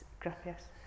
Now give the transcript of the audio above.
gracias